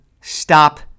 stop